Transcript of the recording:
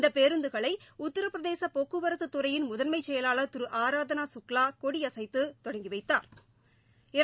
இந்த பேருந்துகளை உத்தரபிரதேச போக்குவரத்துத்துறையின் முதன்மை செயலாளா் திரு ஆராதனா சுக்லா கொடியசைத்து அனுப்பி வைத்தாா்